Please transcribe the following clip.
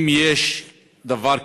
אם יש דבר כזה,